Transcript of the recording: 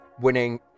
winning